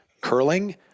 curling